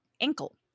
ankle